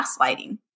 gaslighting